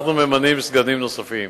אנחנו ממנים סגנים נוספים.